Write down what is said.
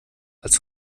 als